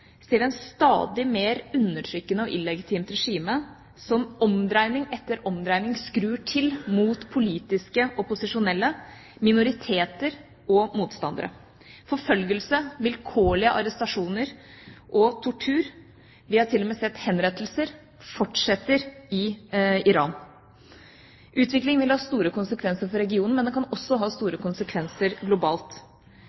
ser vi et stadig mer undertrykkende og illegitimt regime, som omdreining etter omdreining skrur til mot politiske opposisjonelle, minoriteter og motstandere. Forfølgelse, vilkårlige arrestasjoner og tortur – vi har til og med sett henrettelser – fortsetter i Iran. Utviklingen vil ha store konsekvenser for regionen, men den kan også ha store